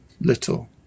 little